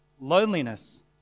loneliness